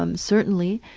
um certainly.